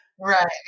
Right